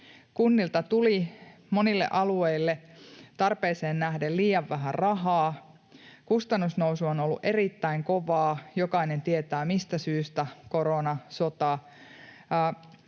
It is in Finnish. Kunnilta tuli monille alueille tarpeeseen nähden liian vähän rahaa. Kustannusnousu on ollut erittäin kovaa, jokainen tietää, mistä syystä — korona, sota —